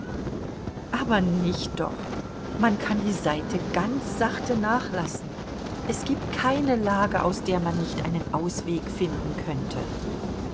aber nicht doch man kann die saite ganz sachte nachlassen es gibt keine lage aus der man nicht einen ausweg finden könnte